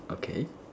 okay